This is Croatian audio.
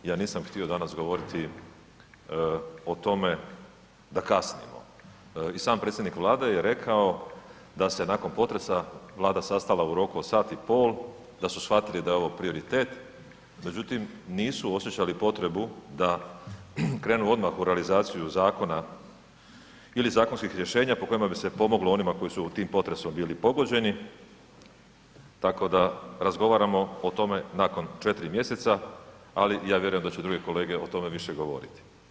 Ja nisam danas htio govoriti o tome da kasnimo i sam predsjednik Vlade je rekao da se nakon potresa Vlada sastala u roku od sat i pol, da su shvatiti da je ovo prioritet, međutim nisu osjećali potrebu da krenu odmah u realizaciju zakona ili zakonskih rješenja po kojima bi se pomoglo onima koji su tim potresom bili pogođeni, tako da razgovaramo o tome nakon 4 mjeseca, ali ja vjerujem da će druge kolege o tome više govoriti.